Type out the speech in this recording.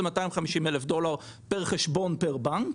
זה 250 אלף דולר פר חשבון פר בנק